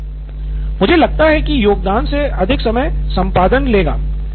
नितिन कुरियन मुझे लगता है कि योगदान से अधिक समय संपादन लेगा